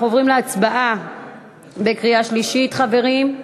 אנחנו עוברים להצבעה בקריאה שלישית, חברים.